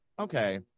Okay